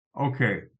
Okay